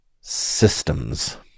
systems